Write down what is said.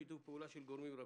שיתוף פעולה של גורמים רבים.